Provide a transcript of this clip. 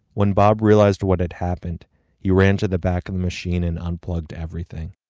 when bob realised what had happened he ran to the back of the machine and unplugged everything.